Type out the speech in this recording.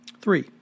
Three